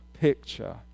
picture